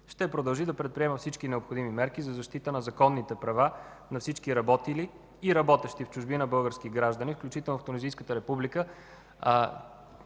ще продължи да предприема всички необходими мерки за защита на законните права на всички работили и работещи в чужбина български граждани, включително в Тунизийската република.